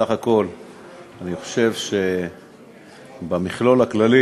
אני חושב שבמכלול הכללי